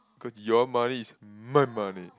cause your money is my money